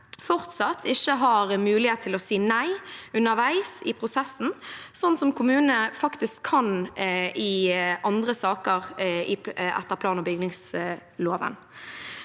fortsatt ikke har mulighet til å si nei underveis i prosessen, slik kommunene faktisk kan i andre saker etter plan- og bygningsloven.